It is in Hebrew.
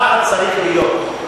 ככה צריך להיות.